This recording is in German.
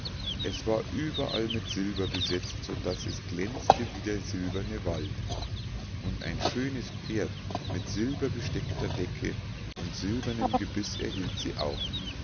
es war überall mit silber besetzt so daß es glänzte wie der silberne wald und ein schönes pferd mit silbergestickter decke und silbernem gebiß erhielt sie auch